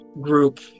group